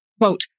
Quote